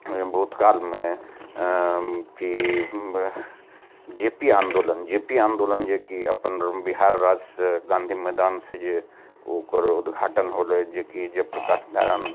भूतकालमे की J P आन्दोलन J P आन्दोलन जेकि अपन बिहार राज्य सऽ गाँधी मैदान सऽ जे ओकर उद्घाटन होलै जेकि जय प्रकाश नारायण